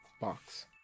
Box